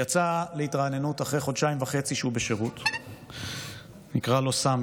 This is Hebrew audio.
יצא להתרעננות אחרי חודשיים וחצי שהוא בשירות נקרא לו ס'.